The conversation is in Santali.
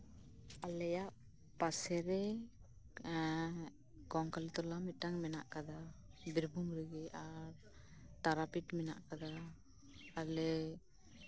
ᱟᱞᱮᱭᱟᱜ ᱯᱟᱥᱮᱨᱮ ᱠᱚᱝᱠᱟᱞᱤ ᱛᱚᱞᱟ ᱢᱤᱫᱴᱟᱝ ᱢᱮᱱᱟᱜ ᱟᱠᱟᱫᱟ ᱵᱤᱨᱵᱷᱩᱢ ᱨᱮᱜᱮ ᱛᱟᱨᱟᱯᱤᱴᱷ ᱢᱮᱱᱟᱜ ᱟᱠᱟᱫᱟ ᱟᱞᱮ